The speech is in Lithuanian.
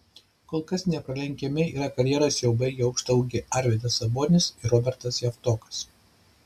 kol kas nepralenkiami yra karjeras jau baigę aukštaūgiai arvydas sabonis ir robertas javtokas